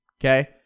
Okay